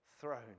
throne